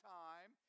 time